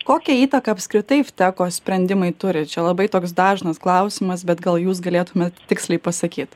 kokią įtaką apskritai vteko sprendimai turi čia labai toks dažnas klausimas bet gal jūs galėtumėt tiksliai pasakyt